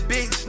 Big